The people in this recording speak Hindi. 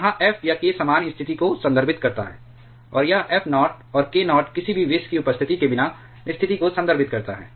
यहाँ f या k सामान्य स्थिति को संदर्भित करता है और यह f नॉट और और k नॉट किसी भी विष की उपस्थिति के बिना स्थिति को संदर्भित करता है